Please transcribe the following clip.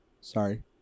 Sorry